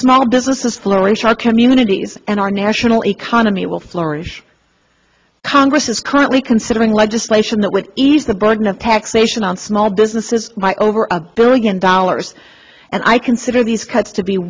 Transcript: small businesses flourish our communities and our national economy will flourish congress is currently considering legislation that would ease the burden of taxation on small businesses by over a billion dollars and i consider these cuts to be